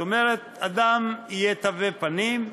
זאת אומרת, יהיו תווי פנים,